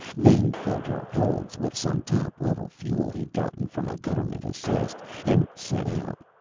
then, filled her holds with some top level fuel he'd gotten from a government assist, and set out.